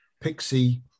Pixie